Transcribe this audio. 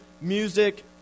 music